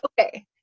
okay